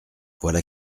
voilà